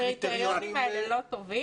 הקריטריונים האלה לא טובים?